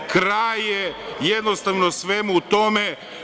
Kraj je, jednostavno, svemu tome.